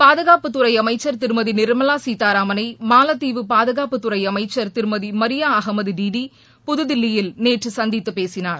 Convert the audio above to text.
பாதுகாப்புத்துறை அமைச்சர் திருமதி நிர்மலா கீதாராமனை மாலத்தீவு பாதுகாப்புத்துறை அமைச்சர் திருமதி மரியா அகமது டிடி புதுதில்லியில் நேற்று சந்தித்து பேசினார்